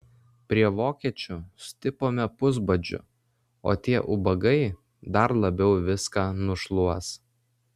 prie vokiečių stipome pusbadžiu o tie ubagai dar labiau viską nušluos